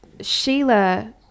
Sheila